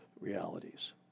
realities